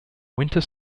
winter